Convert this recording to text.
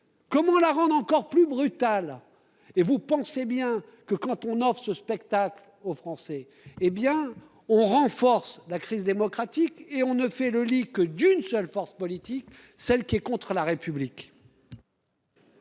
Comment la rendre encore plus brutale et vous pensez bien que quand on offre ce spectacle aux Français. Hé bien on renforce la crise démocratique et on ne fait le lit que d'une seule force politique, celle qui est contre la République.